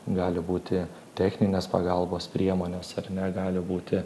gali būti techninės pagalbos priemonės ar ne gali būti